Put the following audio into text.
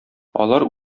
алар